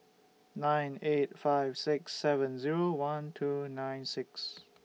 nine eight five six seven Zero one two nine six